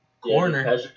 corner